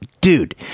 dude